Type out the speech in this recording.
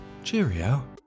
Cheerio